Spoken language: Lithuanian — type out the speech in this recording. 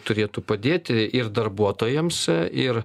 turėtų padėti ir darbuotojams ir